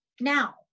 Now